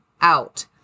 out